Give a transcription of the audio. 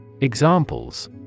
Examples